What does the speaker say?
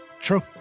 True